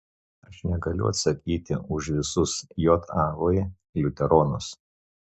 aš negaliu atsakyti už visus jav liuteronus